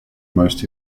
most